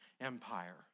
Empire